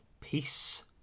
peace